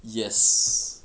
yes